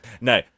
No